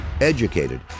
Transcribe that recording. educated